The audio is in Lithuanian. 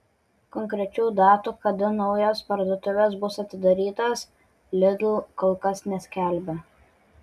konkrečių datų kada naujos parduotuvės bus atidarytos lidl kol kas neskelbia